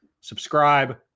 Subscribe